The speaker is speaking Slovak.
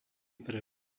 pre